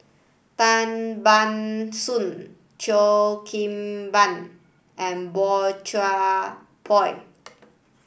Tan Ban Soon Cheo Kim Ban and Boey Chuan Poh